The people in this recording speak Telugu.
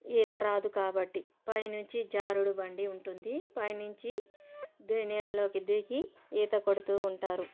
ఈత రాదు కాబట్టి పైనుంచి జారుడు బండి ఉంటుంది పైనించి ది నీళ్ళల్లోకి దిగి ఈత కొడుతూ ఉంటారు